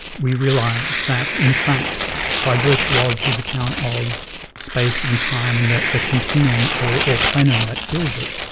we realise that in fact by virtue ah of his account of space and time in the the continuum or or plenum that fills it,